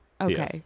Okay